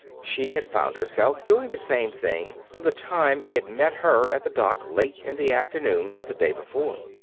she had found herself doing the same thing from the time he had met her at the dock late in the afternoon of the day before.